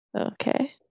Okay